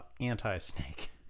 anti-snake